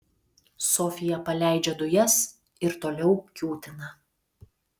sofija paleidžia dujas ir toliau kiūtina